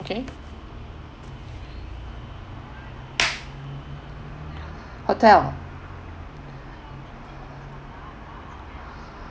okay hotel